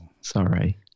Sorry